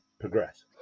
progress